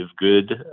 good